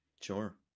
Sure